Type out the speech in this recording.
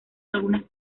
algunas